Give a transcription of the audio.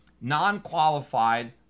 non-qualified